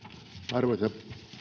arvoisa puhemies ensimmäisessä